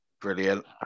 brilliant